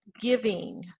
giving